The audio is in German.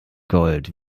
gold